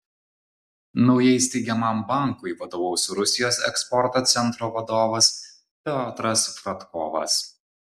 naujai steigiamam bankui vadovaus rusijos eksporto centro vadovas piotras fradkovas